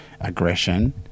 aggression